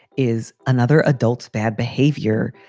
is another adult's bad behavior.